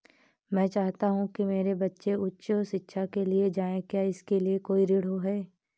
मैं चाहता हूँ कि मेरे बच्चे उच्च शिक्षा के लिए जाएं क्या इसके लिए कोई ऋण है?